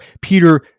peter